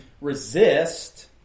resist